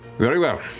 very well.